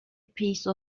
piece